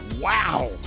wow